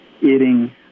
eating